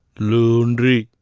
laundry.